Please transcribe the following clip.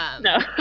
no